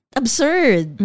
absurd